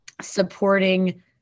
supporting